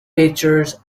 pitchers